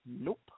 nope